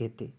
घेते?